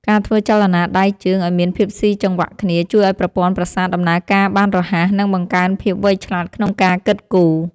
ការធ្វើចលនាដៃជើងឱ្យមានភាពស៊ីចង្វាក់គ្នាជួយឱ្យប្រព័ន្ធប្រសាទដំណើរការបានរហ័ស និងបង្កើនភាពវៃឆ្លាតក្នុងការគិតគូរ។